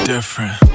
Different